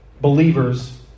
believers